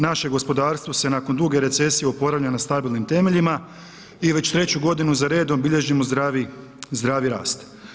Naše gospodarstvo se nakon duge recesije oporavlja na stabilnim temeljima i već treću godinu za redom bilježimo zdravi, zdravi rast.